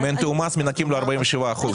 אם אין תיאום מס, מנכים לו 47 אחוזים.